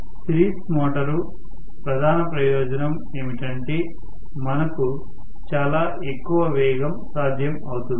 series motor ప్రధాన ప్రయోజనం ఏమిటంటే మనకు చాలా ఎక్కువ వేగం సాధ్యం అవుతుంది